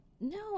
no